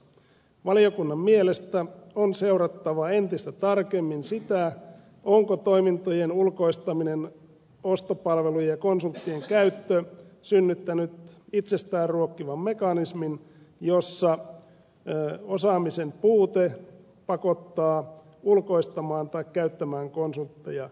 valiokunnan mielestä on seurattava entistä tarkemmin sitä onko toimintojen ulkoistaminen ostopalvelujen ja konsulttien käyttö synnyttänyt itseään ruokkivan mekanismin jossa osaamisen puute pakottaa ulkoistamaan tai käyttämään konsultteja